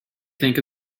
think